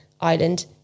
island